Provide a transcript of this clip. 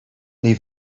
leave